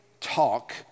talk